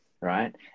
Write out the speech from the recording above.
right